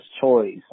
choice